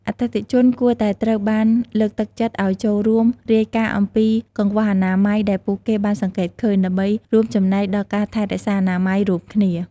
អតិថិជនគួរតែត្រូវបានលើកទឹកចិត្តឱ្យចូលរួមរាយការណ៍អំពីកង្វះអនាម័យដែលពួកគេបានសង្កេតឃើញ ដើម្បីរួមចំណែកដល់ការថែរក្សាអនាម័យរួមគ្នា។